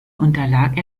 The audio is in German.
unterlag